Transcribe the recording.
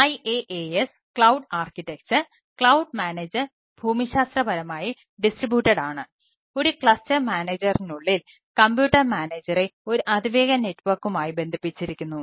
IaaS cloud architecture ബന്ധിപ്പിച്ചിരിക്കുന്നു